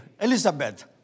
Elizabeth